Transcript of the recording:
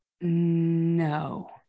No